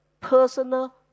personal